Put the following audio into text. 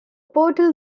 portal